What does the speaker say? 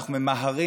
אנחנו ממהרים,